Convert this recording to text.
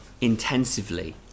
intensively